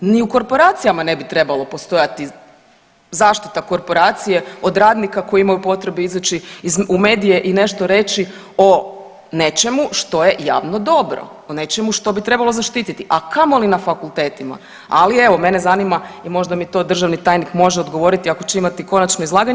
Ni u korporacijama ne bi trebalo postojati, zaštita korporacije od radnika koji imaju potrebu izaći u medije i nešto reći o nečemu što je javno dobro, o nečemu što bi trebalo zaštititi, a kamoli na fakultetima, ali evo mene zanima i možda mi to državni tajnik može odgovoriti ako će imati konačno izlaganje.